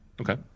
Okay